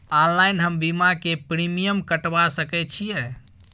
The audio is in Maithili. ऑनलाइन हम बीमा के प्रीमियम कटवा सके छिए?